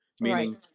Meaning